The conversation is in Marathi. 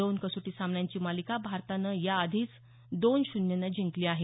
दोन कसोटी सामन्यांची मालिका भारतानं याआधीच दोन शून्यनं जिंकली आहे